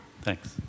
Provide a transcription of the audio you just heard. Thanks